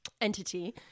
entity